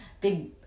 big